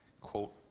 quote